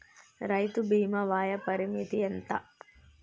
రైతు బీమా వయోపరిమితి ఎంత?